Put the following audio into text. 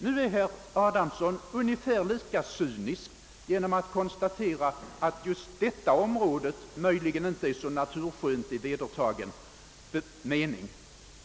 Nu är herr Adamsson ungefär lika cynisk genom att konstatera att just detta område möjligen inte är så naturskönt i vedertagen mening.